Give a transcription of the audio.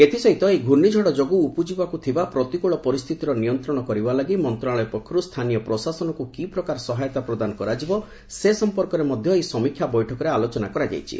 ଏଥିସହିତ ଏହି ଘୂର୍ଣ୍ଣିଝଡ଼ ଯୋଗୁଁ ଉପୁଜିବାକୁ ଥିବା ପ୍ରତିକୂଳ ପରିସ୍ଥିତିର ନିୟନ୍ତ୍ରଣ କରିବା ଲାଗି ମନ୍ତ୍ରଣାଳୟ ପକ୍ଷରୁ ସ୍ଥାନୀୟ ପ୍ରଶାସନକୁ କି ପ୍ରକାର ସହାୟତା ପ୍ରଦାନ କରାଯିବ ସେ ସମ୍ପର୍କରେ ମଧ୍ୟ ଏହି ସମୀକ୍ଷା ବୈଠକରେ ଆଲୋଚନା କରାଯାଇଛି